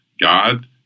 God